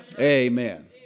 Amen